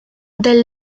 del